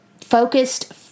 focused